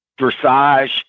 dressage